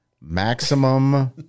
maximum